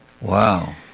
wow